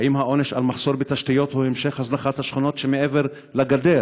האם העונש על מחסור בתשתיות הוא המשך הזנחת השכונות שמעבר לגדר,